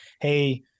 hey